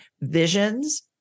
visions